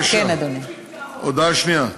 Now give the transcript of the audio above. הודעה שנייה,